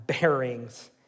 bearings